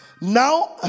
Now